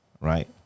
Right